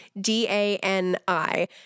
D-A-N-I